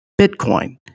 Bitcoin